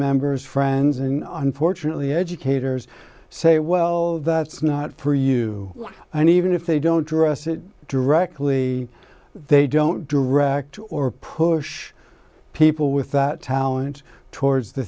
friends in unfortunately educators say well that's not for you and even if they don't dress it directly they don't direct or push people with that talent towards the